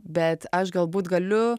bet aš galbūt galiu